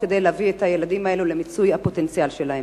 כדי להביא את הילדים האלה למיצוי הפוטנציאל שלהם.